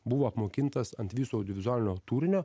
buvo apmokintas ant viso audiovizualinio kūrinio